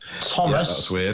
Thomas